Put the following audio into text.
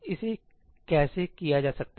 इसे कैसे किया जा सकता है